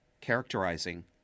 characterizing